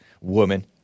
woman